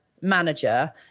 manager